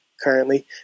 currently